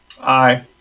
aye